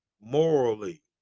morally